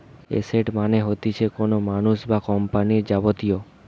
asset মানে হতিছে কোনো মানুষ বা কোম্পানির যাবতীয়